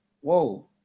whoa